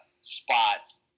spots